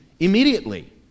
immediately